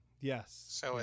yes